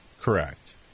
correct